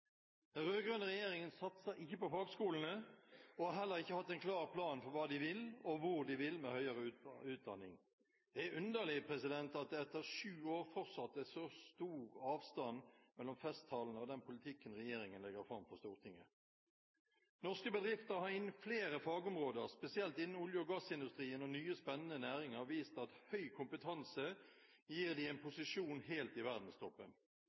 Den rød-grønne regjeringen satser ikke på fagskolene og har heller ikke hatt en klar plan for hva de vil og hvor de vil med høyere utdanning. Det er underlig at det etter sju år fortsatt er så stor avstand mellom festtalene og den politikken regjeringen legger fram for Stortinget. Norske bedrifter har innenfor flere fagområder, spesielt innen olje- og gassindustrien og nye spennende næringer, vist at høy kompetanse gir dem en posisjon helt i verdenstoppen.